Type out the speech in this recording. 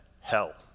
hell